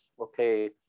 okay